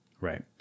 Right